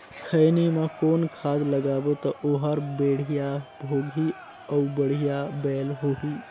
खैनी मा कौन खाद लगाबो ता ओहार बेडिया भोगही अउ बढ़िया बैल होही?